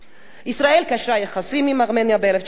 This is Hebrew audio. ישראל קשרה יחסים עם ארמניה ב-1992,